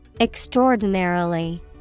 Extraordinarily